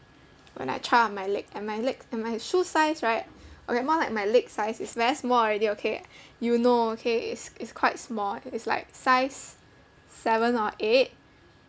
when I try on my leg and my leg and my shoe size right okay more like my leg size is very small already okay you know okay it's it's quite small it's like size seven or eight